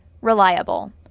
reliable